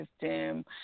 system